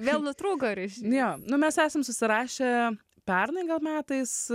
vėl nutrūko ryšys jo nu mes esam susirašę pernai gal metais